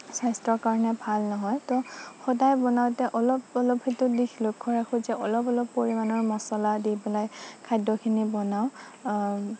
স্বাস্থ্যৰ কাৰণে ভাল নহয় তো সদায় বনাওঁতে অলপ অলপ সেইটো দিশ লক্ষ্য ৰাখোঁ যে অলপ অলপ পৰিমাণৰ মছলা দি পেলাই খাদ্যখিনি বনাওঁ